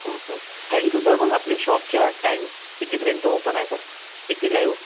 हो sir thank you sir मग आपली शॉपच्या टाईम कितीपर्यंत ओपन आहे सर कितीला येऊ